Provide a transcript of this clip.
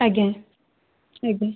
ଆଜ୍ଞା ଆଜ୍ଞା